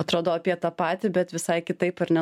atrodo apie tą patį bet visai kitaip ar ne